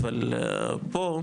אבל פה,